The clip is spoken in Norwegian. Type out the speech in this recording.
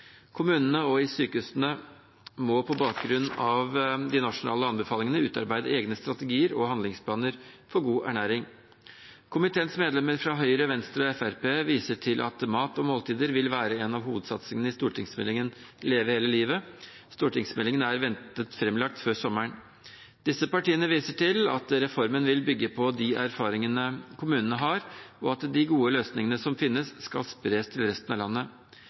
Kommunene og sykehusene må på bakgrunn av de nasjonale anbefalingene utarbeide egne strategier og handlingsplaner for god ernæring. Komiteens medlemmer fra Høyre, Venstre og Fremskrittspartiet viser til at mat og måltider vil være en av hovedsatsingene i stortingsmeldingen Leve hele livet. Stortingsmeldingen er ventet framlagt før sommeren. Disse partiene viser til at reformen vil bygge på de erfaringene kommunene har, og at de gode løsningene som finnes, skal spres til resten av landet.